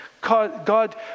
God